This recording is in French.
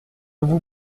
vous